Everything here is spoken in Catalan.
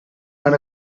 van